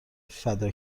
فدا